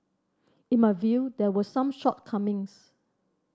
in my view there were some shortcomings